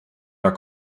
der